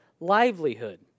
livelihood